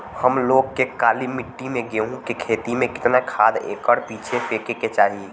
हम लोग के काली मिट्टी में गेहूँ के खेती में कितना खाद एकड़ पीछे फेके के चाही?